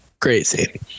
Crazy